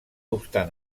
obstant